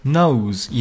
nose